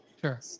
Sure